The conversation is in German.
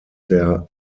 der